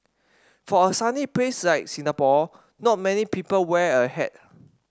for a sunny place like Singapore not many people wear a hat